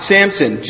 Samson